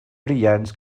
brillants